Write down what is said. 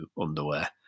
underwear